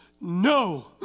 no